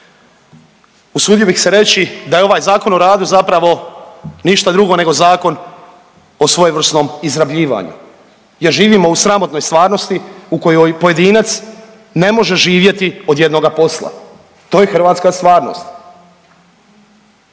Usudio bih se reći da je ovaj Zakon o radu zapravo ništa drugo nego zakon o svojevrsnom izrabljivanju, jer živimo u sramotnoj stvarnosti u kojoj pojedinac ne može živjeti od jednoga posla. To je hrvatska stvarnost.